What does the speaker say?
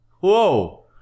Whoa